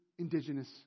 Indigenous